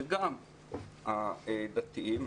וגם הדתיים,